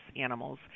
animals